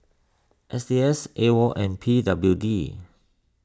S T S A O and P W D